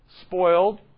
spoiled